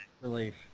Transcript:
relief